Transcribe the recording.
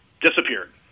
disappeared